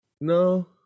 No